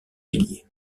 villiers